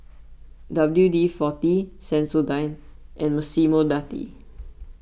W D forty Sensodyne and Massimo Dutti